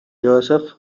joseph